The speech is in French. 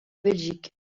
belgique